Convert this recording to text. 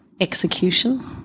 execution